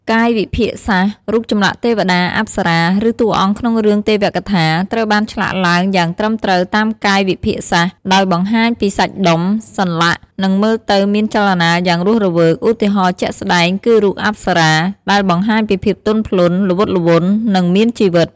កាយវិភាគសាស្ត្រ រូបចម្លាក់ទេវតា អប្សរា ឬតួអង្គក្នុងរឿងទេវកថា ត្រូវបានឆ្លាក់ឡើងយ៉ាងត្រឹមត្រូវតាមកាយវិភាគសាស្ត្រ ដោយបង្ហាញពីសាច់ដុំ សន្លាក់ និងមើលទៅមានចលនាយ៉ាងរស់រវើក ឧទាហរណ៍ជាក់ស្ដែងគឺរូបអប្សរា ដែលបង្ហាញពីភាពទន់ភ្លន់ ល្វត់ល្វន់ និងមានជីវិត។